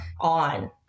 on